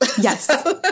yes